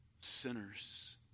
sinners